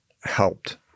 helped